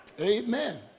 Amen